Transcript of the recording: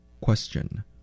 Question